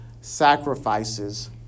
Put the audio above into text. sacrifices